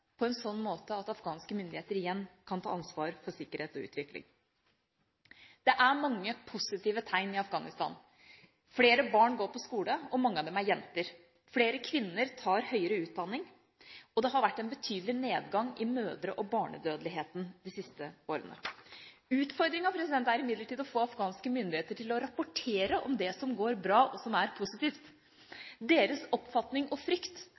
på en slik måte at afghanske myndigheter igjen kan ta ansvar for sikkerhet og utvikling. Det er mange positive tegn i Afghanistan: Flere barn går på skole, og mange av dem er jenter. Flere kvinner tar høyere utdanning, og det har vært en betydelig nedgang i mødre- og barnedødeligheten de siste årene. Utfordringen er imidlertid å få afghanske myndigheter til å rapportere om det som går bra, og som er positivt. Deres oppfatning og frykt